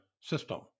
system